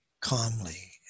calmly